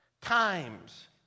Times